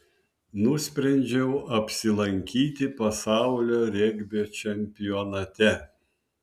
nusprendžiau apsilankyti pasaulio regbio čempionate